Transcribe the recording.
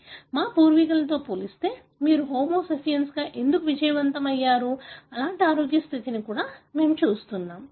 మా పూర్వీకులతో పోలిస్తే మీరు హోమో సేపియన్స్గా ఎందుకు విజయవంతం అయ్యారు వంటి ఆరోగ్య స్థితిని కూడా మేము చూస్తున్నాము సరియైనదా